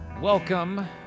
Welcome